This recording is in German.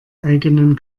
eigenen